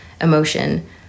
emotion